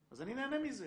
אז אני נהנה מזה.